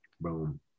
Boom